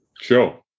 sure